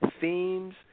themes